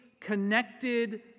connected